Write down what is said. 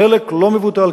חלק לא מבוטל,